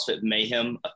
Mayhem